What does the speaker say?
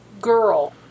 girl